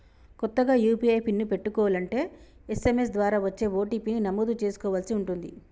కొత్తగా UPI pin పెట్టుకోలంటే SMS ద్వారా వచ్చే ఓ.టీ.పీ ని నమోదు చేసుకోవలసి ఉంటుంది